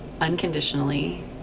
unconditionally